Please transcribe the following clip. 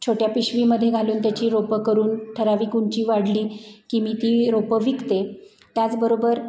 छोट्या पिशवीमध्ये घालून त्याची रोपं करून ठराविक उंची वाढली की मी ती रोपं विकते त्याचबरोबर